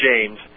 James